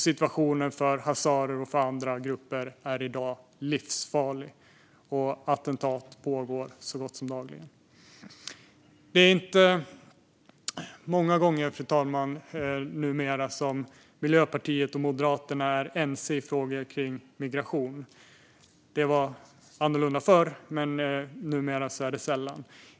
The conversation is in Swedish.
Situationen för hazarer och andra grupper är i dag livsfarlig. Attentat pågår så gott som dagligen. Fru talman! Det är numera inte många gånger som Miljöpartiet och Moderaterna är ense i frågor kring migration. Det var annorlunda förr, men numera är det sällan.